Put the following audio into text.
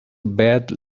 bed